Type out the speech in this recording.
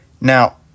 Now